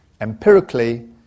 empirically